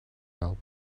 help